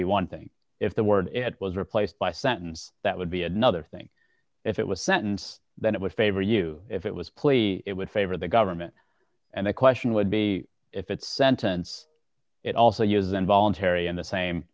be one thing if the word it was replaced by a sentence that would be another thing if it was sentence then it would favor you if it was plea it would favor the government and the question would be if it sentence it also uses involuntary in the same